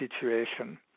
situation